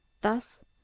Thus